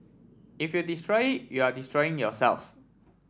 if you destroy you are destroying yourselves